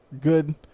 Good